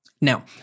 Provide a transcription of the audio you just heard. Now